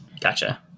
Gotcha